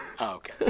Okay